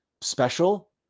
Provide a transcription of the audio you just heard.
special